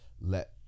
let